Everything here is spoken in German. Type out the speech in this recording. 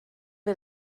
wir